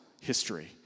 history